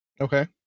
Okay